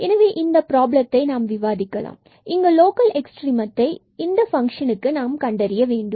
எனவே இந்த ப்ராப்ளத்தை நாம் விவாதிக்கலாம் இங்கு லோக்கல் எக்ஸ்ட்ரீமத்தை இந்த fxy4x2y2e x2 4y2 பங்ஷனுக்கு கண்டறிய வேண்டும்